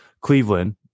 Cleveland